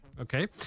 okay